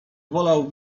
wolał